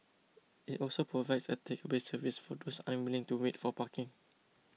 it also provides a takeaway service for those unwilling to wait for parking